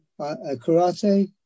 karate